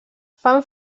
fan